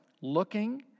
looking